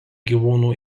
gyvūnų